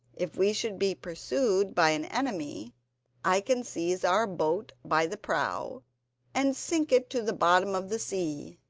if we should be pursued by an enemy i can seize our boat by the prow and sink it to the bottom of the sea.